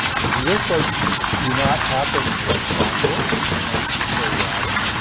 the earthquakes do not happen like clockwork. it's not periodic.